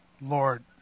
Lord